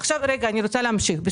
עכשיו אני רוצה להמשיך.